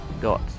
got